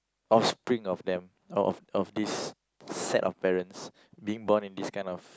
offspring of them of of this set of parents being born in this kind of